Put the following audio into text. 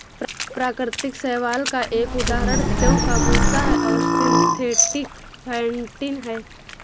प्राकृतिक शैवाल का एक उदाहरण जौ का भूसा है और सिंथेटिक फेंटिन है